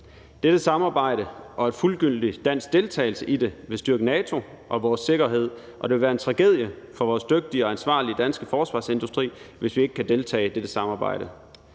Dette samarbejde og en fuldgyldig dansk deltagelse i det vil styrke NATO og vores sikkerhed, og det vil være en tragedie for vores dygtige og ansvarlige danske forsvarsindustri, hvis vi ikke kan deltage i dette samarbejde.